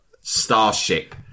starship